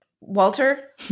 Walter